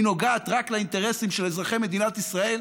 היא נוגעת רק לאינטרסים של אזרחי מדינת ישראל,